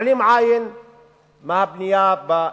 מעלים עין מהבנייה בהתנחלויות.